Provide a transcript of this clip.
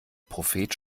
prophet